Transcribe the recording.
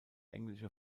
englische